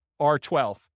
R12